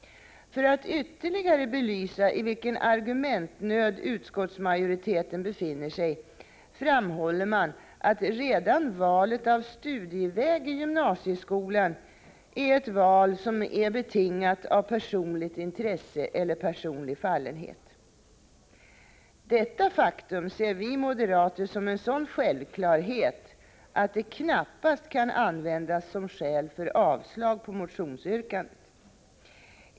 För att ytterligare belysa i vilken argumentnöd utskottsmajoriteten befinner sig vill jag peka på att man framhåller, att redan valet av studieväg i gymnasieskolan är ett val som är betingat av personligt intresse eller personlig fallenhet. Detta faktum ser vi moderater som en sådan självklarhet, att det knappast kan användas som skäl för avslag på motionsyrkandet.